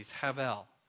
Havel